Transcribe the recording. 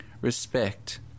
respect